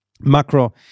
macro